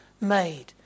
made